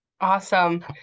Awesome